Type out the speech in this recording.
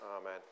Amen